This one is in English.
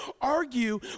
argue